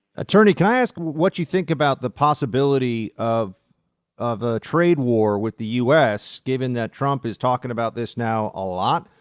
ah turney, can i ask what you think about the possibility of of a trade war with the u s. given that trump is talking about this now a lot?